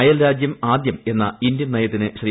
അയൽരാജ്യം ആദ്യമെന്ന ഇന്ത്യൻ നയത്തിന് ശ്രീ